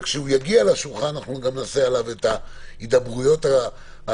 כאשר הוא יגיע לשולחן אנחנו גם נעשה עליו הידברויות מוקדמות.